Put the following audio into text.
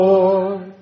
Lord